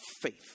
faith